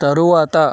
తరువాత